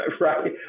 Right